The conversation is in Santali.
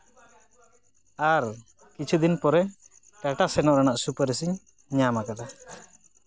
ᱟᱨ ᱠᱤᱪᱷᱩ ᱫᱤᱱ ᱯᱚᱨᱮ ᱴᱟᱴᱟ ᱥᱮᱱᱚᱜ ᱨᱮᱱᱟᱜ ᱥᱩᱯᱟᱨᱤᱥᱤᱧ ᱧᱟᱢᱟᱠᱟᱫᱟ